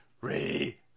re